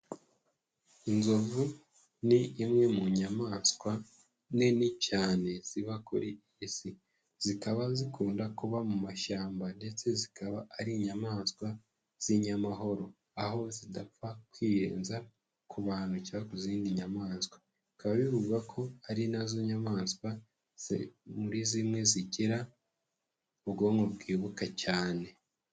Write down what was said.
Inzovu ni imwe mu nyamaswa nini cyane ziba kuri isi, zikaba zikunda kuba mu mashyamba, ndetse zikaba ari inyamaswa z'inyamahoro, aho zidapfa kwiyenza ku bantu cyangwa ku zindi nyamaswa, bikaba bivugwa ko ari na zo nyamaswa muri zimwe zigira ubwonko bwibuka cyane.